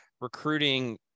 recruiting